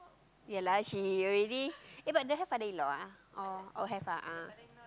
yeah lah she already eh but don't have father in law ah oh oh have ah ah